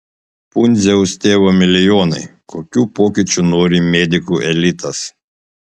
pundziaus tėvo milijonai kokių pokyčių nori medikų elitas